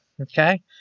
Okay